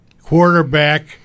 quarterback